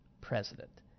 president